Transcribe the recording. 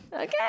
Okay